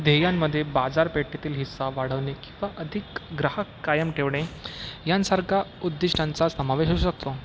ध्येयांमध्ये बाजारपेठेतील हिस्सा वाढवणे किंवा अधिक ग्राहक कायम ठेवणे यांसारख्या उद्दिष्टांचा समावेश असू शकतो